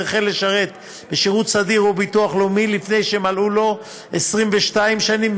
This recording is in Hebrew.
החל לשרת בשירות סדיר או בשירות לאומי לפני שמלאו לו 22 שנים,